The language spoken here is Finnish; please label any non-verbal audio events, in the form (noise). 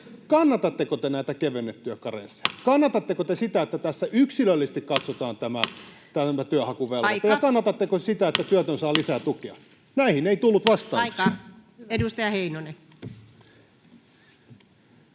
Kannatatteko te näitä kevennettyjä karensseja? (noise) Kannatatteko te sitä, että tässä yksilöllisesti katsotaan tämä työnhakuvelvoite? [Puhemies: Aika!] Kannatatteko sitä, että työtön saa lisää tukea? Näihin ei tullut vastauksia. [Speech